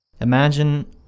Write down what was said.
imagine